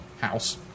house